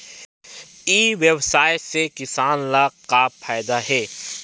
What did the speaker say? ई व्यवसाय से किसान ला का फ़ायदा हे?